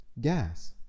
gas